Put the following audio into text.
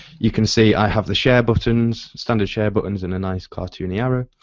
you can see i have the share buttons, standard share buttons and a nice cartoony arrow.